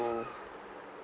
who